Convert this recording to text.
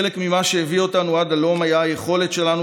חלק ממה שהביא אותנו עד הלום היה היכולת שלנו